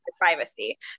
privacy